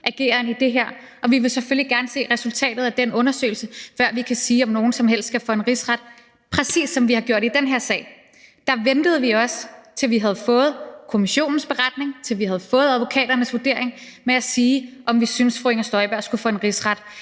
ageren i det her, og vi vil selvfølgelig gerne se resultatet af den undersøgelse, før vi kan sige, om nogen som helst skal for en rigsret, præcis som vi har gjort i den her sag. Der ventede vi også, til vi havde fået kommissionens beretning, til vi havde fået advokaternes vurdering, med at sige, om vi syntes, fru Inger Støjberg skulle for en rigsret